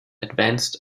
advance